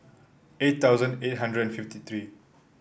eight thousand eight hundred and fifty three